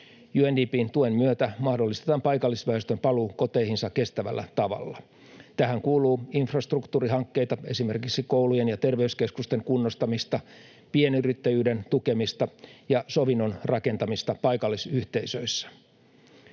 UNDP:n tuen myötä mahdollistetaan paikallisväestön paluu koteihinsa kestävällä tavalla. Tähän kuuluu infrastruktuurihankkeita, esimerkiksi koulujen ja terveyskeskusten kunnostamista, pienyrittäjyyden tukemista ja sovinnon rakentamista paikallisyhteisöissä.